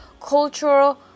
cultural